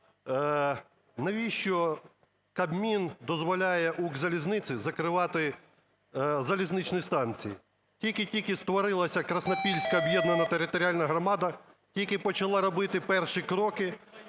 Навіщо Кабмін дозволяє "Укрзалізниці" закривати залізничні станції? Тільки-тільки створилася Краснопільська об'єднана територіальна громада, тільки почала робити перші кроки,